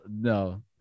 no